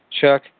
Chuck